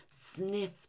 sniff